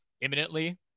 imminently